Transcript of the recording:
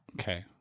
Okay